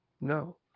no